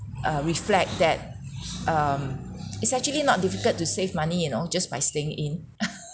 uh reflect that um it's actually not difficult to save money you know just by staying in